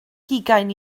hugain